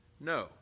No